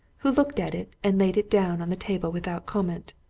who looked at it and laid it down on the table without comment.